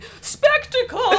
spectacle